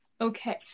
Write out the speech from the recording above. Okay